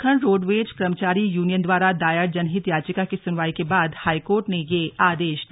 Uttarakhand roadways कर्मचारी union द्वारा दायर जनहित याचिका की सुनवाई के बाद हाईकोर्ट ने यह आदेश दिया